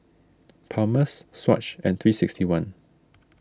Palmer's Swatch and three sixty one